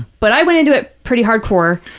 but i went into it pretty hard core.